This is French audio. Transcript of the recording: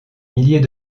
milliers